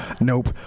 Nope